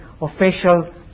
official